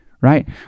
right